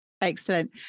Excellent